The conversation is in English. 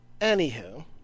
Anywho